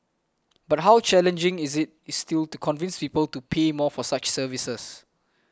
but how challenging is it is still to convince people to pay more for such services